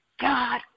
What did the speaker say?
God